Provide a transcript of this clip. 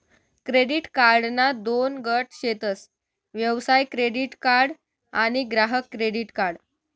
credit कार्डना दोन गट शेतस व्यवसाय क्रेडीट कार्ड आणि ग्राहक क्रेडीट कार्ड